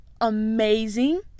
amazing